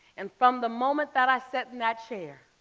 and from the moment that i sat in that chair,